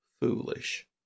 foolish